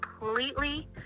completely